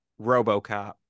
Robocop